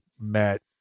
met